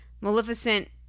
Maleficent